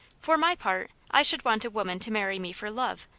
for my part, i should want a woman to marry me for love,